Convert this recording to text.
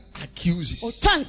Accuses